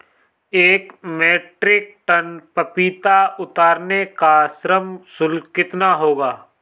एक metric ton पपीता उतारने का श्रम शुल्क कितना होगा?